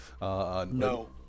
No